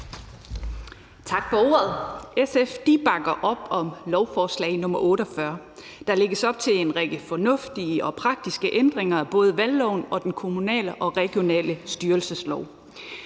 Tak for ordet. SF bakker op om lovforslag nr. L 48. Der lægges op til en række fornuftige og praktiske ændringer af både valgloven og den kommunale og regionale styrelseslov.